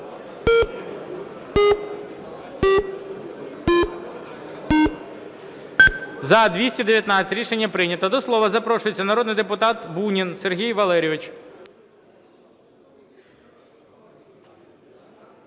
За-219 Рішення прийнято. До слова запрошується народний депутат Бунін Сергій Валерійович.